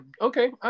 Okay